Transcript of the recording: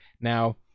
Now